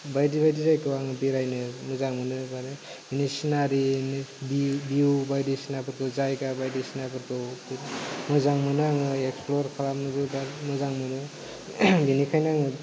बायदि बायदि जायगायाव आं बेरायनो मोजां मोनो सिनारि भिउ बायदिसिना फोरखौ जायगा बायदिसिनाफोरखौ मोजां मोनो आङो एक्सफ्लर खालामनोबो मोजां मोनो बिनिखायनो आङो